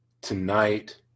tonight